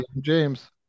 James